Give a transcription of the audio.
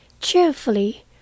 cheerfully